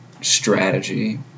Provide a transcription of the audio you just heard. strategy